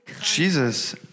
Jesus